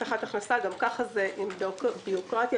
גם כך זה כרוך בבירוקרטיה,